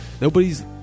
Nobody's